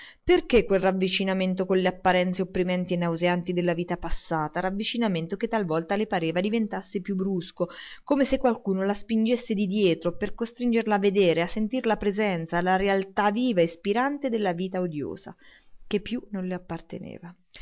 perché quel ravvicinamento con le apparenze opprimenti e nauseanti della vita passata ravvicinamento che talvolta le pareva diventasse più brusco come se qualcuno la spingesse di dietro per costringerla a vedere a sentir la presenza la realtà viva e spirante della vita odiosa che più non le apparteneva